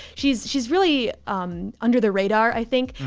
she's she's really under the radar, i think.